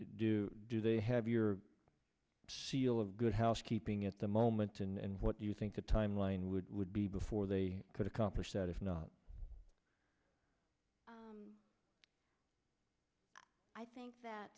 do do they have your seal of good housekeeping at the moment and what do you think the timeline would would be before they could accomplish that if not i think that